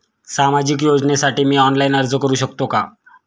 सामाजिक योजनेसाठी मी ऑनलाइन अर्ज करू शकतो का?